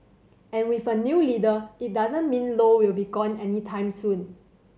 and with a new leader it doesn't mean Low will be gone anytime soon